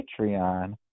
Patreon